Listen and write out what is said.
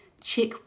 check